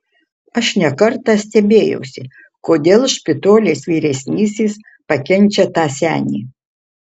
aš ne kartą stebėjausi kodėl špitolės vyresnysis pakenčia tą senį